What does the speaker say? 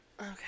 Okay